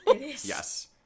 Yes